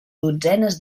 dotzenes